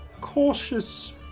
cautious